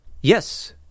Yes